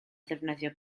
ddefnyddio